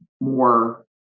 more